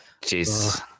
jeez